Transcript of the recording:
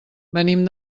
venim